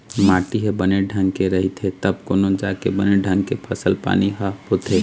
माटी ह बने ढंग के रहिथे तब कोनो जाके बने ढंग के फसल पानी ह होथे